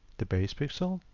the base pixel.